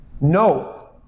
No